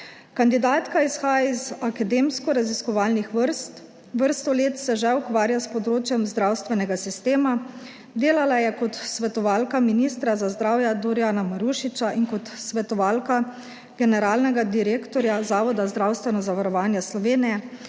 Kandidatka izhaja iz akademsko raziskovalnih vrst. Vrsto let se že ukvarja s področjem zdravstvenega sistema. Delala je kot svetovalka ministra za zdravje Dorijana Marušiča in kot svetovalka generalnega direktorja Zavoda za zdravstveno zavarovanje Slovenije.